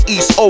East